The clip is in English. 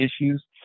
issues